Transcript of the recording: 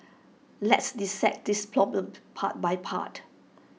let's dissect this problem part by part